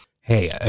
Hey